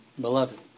beloved